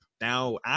now